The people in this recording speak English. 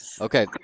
Okay